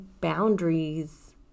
boundaries